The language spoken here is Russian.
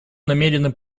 намерены